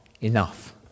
enough